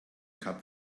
kap